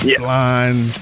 blind